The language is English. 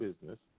business